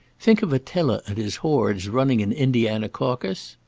think of attila and his hordes running an indiana caucus?